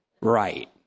right